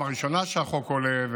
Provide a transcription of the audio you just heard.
שהחוק עולה,